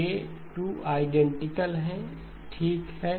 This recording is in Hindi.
ए 2 आईडेंटिकल है ठीक है